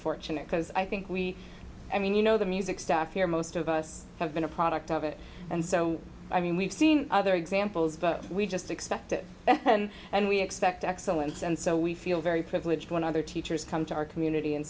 fortunate because i think we i mean you know the music staff here most of us have been a product of it and so i mean we've seen other examples but we just expect it and we expect excellence and so we feel very privileged when other teachers come to our community and